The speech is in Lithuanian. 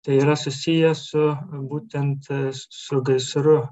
tai yra susiję su būtent su gaisru